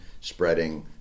spreading